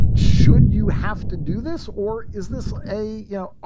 should you have to do this or is this a yeah ah